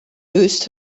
used